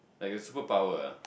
like a super power ah